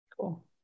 Cool